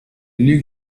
ligues